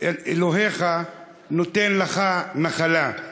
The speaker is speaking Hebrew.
אלוהיך נתן לך נחלה.